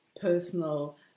personal